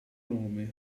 nome